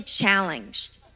challenged